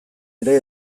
ere